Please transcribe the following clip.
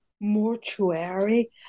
mortuary